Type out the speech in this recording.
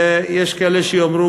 ויש כאלה שיאמרו,